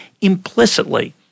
implicitly